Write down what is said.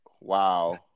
Wow